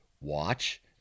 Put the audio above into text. watch